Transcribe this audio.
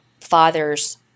fathers